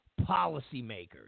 policymakers